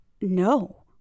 no